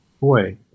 Boy